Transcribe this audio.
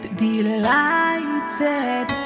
delighted